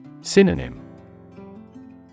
Synonym